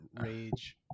rage